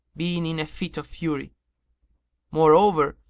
being in a fit of fury moreover,